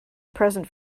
present